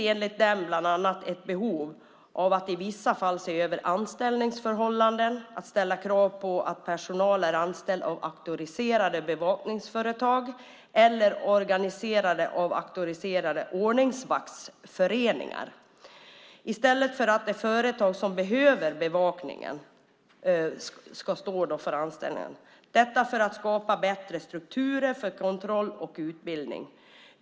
Enligt dem finns det ett behov av att i vissa fall se över anställningsförhållanden och ställa krav på att personal är anställd av auktoriserade bevakningsföretag eller organiserade av auktoriserade ordningsvaktsföreningar i stället för att det företag som behöver bevakningen ska stå för anställningen. Detta skulle skapa bättre strukturer för kontroll och utbildning.